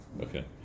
Okay